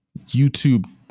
YouTube